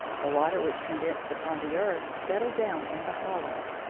the water which condensed upon the earth settled down in the hollows,